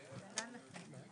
בהצלחה לכולכם.